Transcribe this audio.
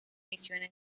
misiones